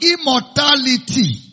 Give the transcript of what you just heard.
immortality